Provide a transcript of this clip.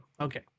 Okay